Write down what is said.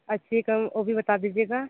अच्छी कम वो भी बता दीजिएगा